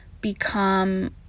become